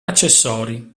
accessori